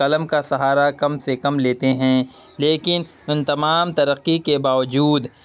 قلم کا سہارا کم سے کم لیتے ہیں لیکن ان تمام ترقی کے باوجود